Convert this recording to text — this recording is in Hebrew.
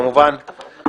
כמובן,